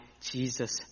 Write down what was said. Jesus